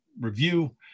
review